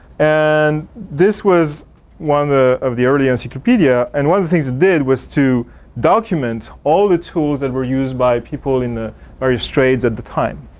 and this was one the of the early encyclopedia and what this did was to documents all the tools that were use by people in the various trades at the time.